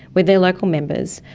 with their local members,